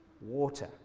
water